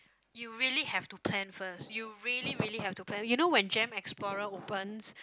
you really have to plan first you really really have to plan you know when gem explorer opens